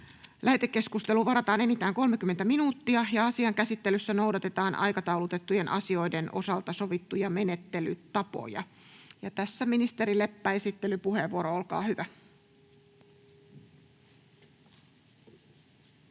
Lähetekeskusteluun varataan enintään 30 minuuttia. Asian käsittelyssä noudatetaan aikataulutettujen asioiden osalta sovittuja menettelytapoja. — Ministeri Leppä, esittelypuheenvuoro, olkaa hyvä.